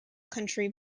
country